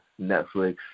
Netflix